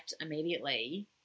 immediately